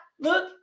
look